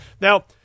now